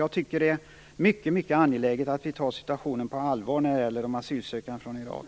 Jag tycker att det är mycket angeläget att vi tar situationen på allvar när det gäller de asylsökande från Irak.